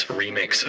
remix